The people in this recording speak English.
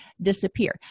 disappear